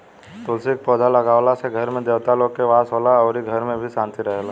तुलसी के पौधा लागावला से घर में देवता लोग के वास होला अउरी घर में भी शांति रहेला